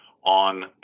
on